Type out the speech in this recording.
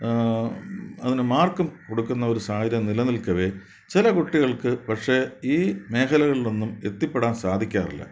അതിനു മാർക്കും കൊടുക്കുന്ന ഒരു സാഹചര്യം നില നിൽക്കവെ ചില കുട്ടികൾക്ക് പക്ഷെ ഈ മേഖലകളിലൊന്നും എത്തിപ്പെടാൻ സാധിക്കാറില്ല